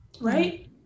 right